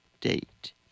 date